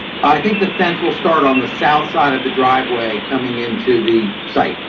i think the fence will start on the south side of the driveway coming into the site.